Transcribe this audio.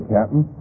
Captain